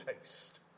taste